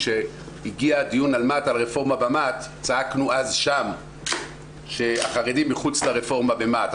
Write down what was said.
כשהגיע הדיון על הרפורמה במה"ט צעקנו אז שם שהחרדים מחוץ לרפורמה במה"ט.